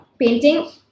painting